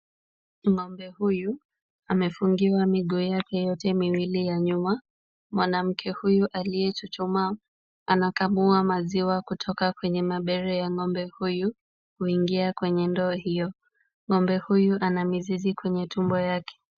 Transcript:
Ng'ombe huyu amefungiwa miguu yake yote miwili ya nyuma, mwanamke huyu aliyechuchumaa anakamua maziwa kutoka kwenye mabere ya ng'ombe huyu kuingia kwenye ndoo hiyo. Ng'ombe huyu ana mizizi kwenye tumbo yake.